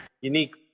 unique